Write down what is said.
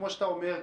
כמו שאתה אומר,